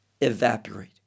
evaporate